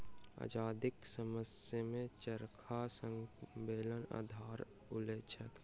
आजादीक समयमे चरखा स्वावलंबनक आधार छलैक